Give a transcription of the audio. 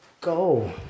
go